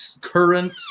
current